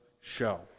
show